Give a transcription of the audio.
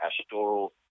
pastoral